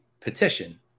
Petition